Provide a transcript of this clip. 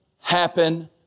happen